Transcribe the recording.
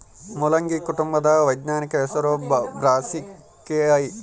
ಮುಲ್ಲಂಗಿ ಕುಟುಂಬದ ವೈಜ್ಞಾನಿಕ ಹೆಸರು ಬ್ರಾಸಿಕೆಐ